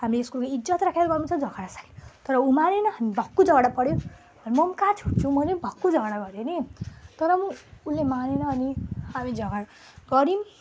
हामी स्कुलको इज्जत राखेर गर्नु छ झगडा तर ऊ मानेन भक्कु झगडा पर्यौँ म पनि कहाँ छोड्छु मैले पनि भक्कु झगडा गरेँ नि तर पनि ऊ उसले मानेन अनि हामी झगडा गरौँ